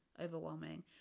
overwhelming